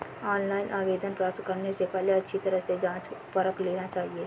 online आवेदन प्राप्त करने से पहले अच्छी तरह से जांच परख लेना चाहिए